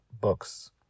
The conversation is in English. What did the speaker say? books